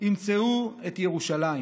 ימצאו את ירושלים".